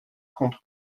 contre